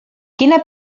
quina